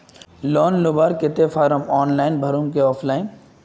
Loan लुबार केते form online भरुम ने ऑफलाइन?